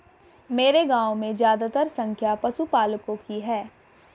मेरे गांव में ज्यादातर संख्या पशुपालकों की है